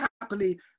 happily